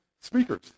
speakers